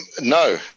No